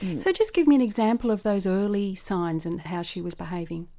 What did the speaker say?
so just give me an example of those early signs and how she was behaving?